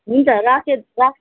हुन्छ राखेँ राख्